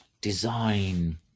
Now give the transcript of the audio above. design